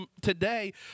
today